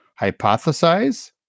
hypothesize